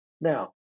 Now